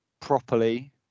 properly